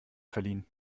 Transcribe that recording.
verliehen